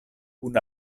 kun